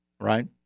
Right